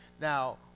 Now